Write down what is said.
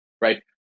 right